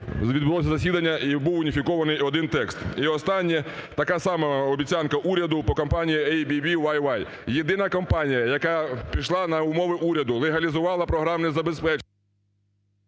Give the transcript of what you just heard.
відбулося засідання і був уніфікований один текст. І останнє. Така сама обіцянка уряду по компанії "ABBYY". Єдина компанія, яка пішла на умови уряду, легалізувала програмне забезпечення…